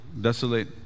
Desolate